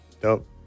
Dope